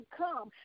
come